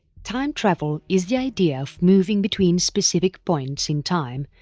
time travel is the idea of moving between specific points in time,